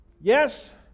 Yes